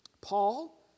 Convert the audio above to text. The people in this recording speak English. Paul